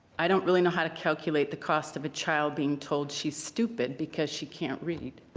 i don't really know how to calculate the cost of a child being told she's stupid because she can't read